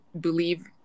believe